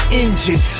engine